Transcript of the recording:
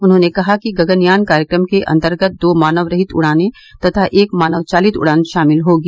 उन्होने ने कहा कि गगनयान कार्यक्रम के अंतर्गत दो मानवरहित उड़ानें तथा एक मानवचालित उड़ान शामिल होंगी